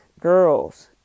girls